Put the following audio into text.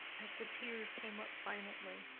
as the tears came up silently.